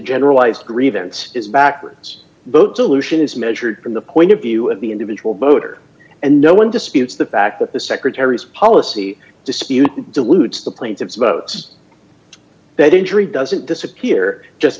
generalized grievance is backwards boat solution is measured from the point of view of the individual voter and no one disputes the fact that the secretary's policy dispute dilutes the plaintiffs votes that injury doesn't disappear just